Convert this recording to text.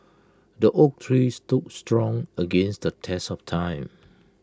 the oak tree stood strong against the test of time